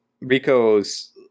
Rico's